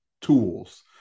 tools